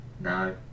No